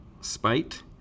Spite